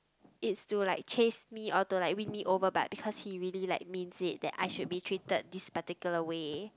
it's to like chase me or to like win me over but because he really like means it that I should be treated this particular way